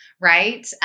Right